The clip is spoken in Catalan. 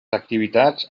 activitats